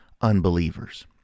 unbelievers